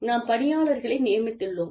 நாம் பணியாளர்களை நியமித்துள்ளோம்